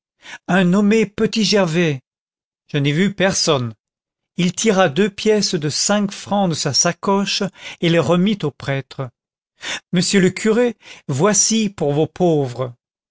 un nommé petit gervais je n'ai vu personne il tira deux pièces de cinq francs de sa sacoche et les remit au prêtre monsieur le curé voici pour vos pauvres